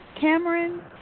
Cameron